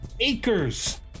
acres